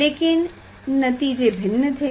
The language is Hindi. लेकिन नतीजे भिन्न थे